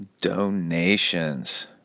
donations